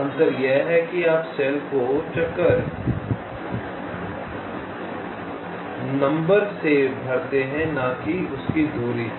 अंतर यह है कि आप सेल को चक्कर नंबर से भरते हैं न कि उसकी दूरी से